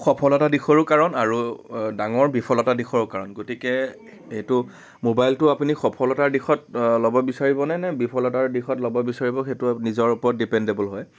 সফলতাৰ দিশৰো কাৰণ আৰু ডাঙৰ বিফলতা দিশৰো কাৰণ গতিকে মোবাইলটো আপুনি সফলতাৰ দিশত ল'ব বিচাৰিব নে বিফলতাৰ দিশত ল'ব বিচাৰিব সেইটো নিজৰ ওপৰত ডিপেণ্ডেবল হয়